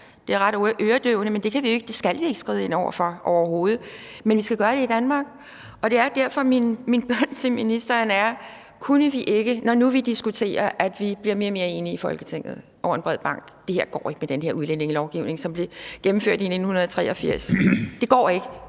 Men det kan vi jo ikke, og det skal vi jo ikke skride ind over for overhovedet. Men vi skal gøre det i Danmark. Det er derfor, min bøn til ministeren er: Når nu vi diskuterer, at vi bliver mere og mere enige i Folketinget over en bred bank om, at det ikke går med den der udlændingelovgivning, som blev indført i 1983 – det går ikke